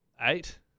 Eight